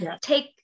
take